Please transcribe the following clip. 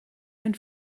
ein